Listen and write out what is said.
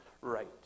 right